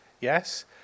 yes